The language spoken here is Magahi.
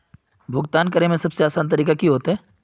भुगतान करे में सबसे आसान तरीका की होते?